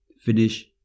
Finish